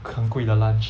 很贵的 lunch